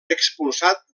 expulsat